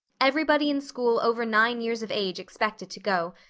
everybody in school over nine years of age expected to go,